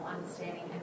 understanding